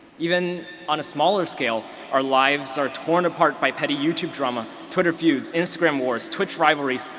even on a smaller scale, our lives are torn apart by petty youtube drama, twitter feuds, instagram wars, twitch rivalries,